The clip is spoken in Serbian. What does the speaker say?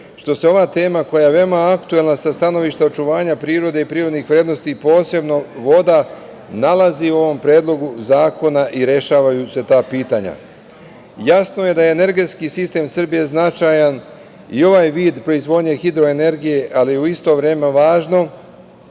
što se ova tema koja je veoma aktuelna sa stanovišta očuvanja prirode i prirodnih vrednosti, posebno voda, nalazi u ovom Predlogu zakona i rešavaju se ta pitanja. Jasno je da je energetskom sistemu Srbije značajan i ovaj vid proizvodnje hidroenergije, ali u isto vreme je važno